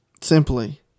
simply